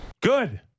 Good